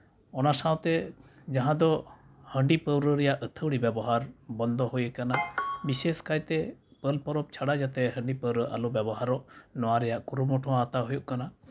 ᱚᱱᱟ ᱥᱟᱶᱛᱮ ᱡᱟᱦᱟᱸ ᱫᱚ ᱦᱟᱺᱰᱤ ᱯᱟᱹᱣᱨᱟᱹ ᱨᱮᱭᱟᱜ ᱟᱹᱛᱷᱟᱹᱣᱲᱤ ᱵᱮᱵᱚᱦᱟᱨ ᱵᱚᱱᱫᱚ ᱦᱩᱭᱟᱠᱟᱱᱟ ᱵᱤᱥᱮᱥ ᱠᱟᱭᱛᱮ ᱯᱟᱹᱞ ᱯᱚᱨᱚᱵᱽ ᱪᱷᱟᱰᱟ ᱡᱟᱛᱮ ᱦᱟᱺᱰᱤ ᱯᱟᱹᱣᱨᱟᱹ ᱟᱞᱚ ᱵᱮᱵᱚᱦᱟᱨᱚᱜ ᱱᱚᱣᱟ ᱨᱮᱭᱟᱜ ᱠᱩᱨᱩᱢᱩᱴᱩ ᱦᱚᱸ ᱦᱟᱛᱟᱣ ᱦᱩᱭᱩᱜ ᱠᱟᱱᱟ